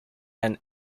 and